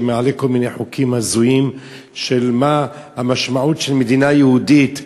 שמעלה כל מיני חוקים הזויים של מה המשמעות של מדינה יהודית.